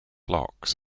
locks